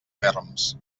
ferms